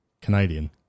Canadian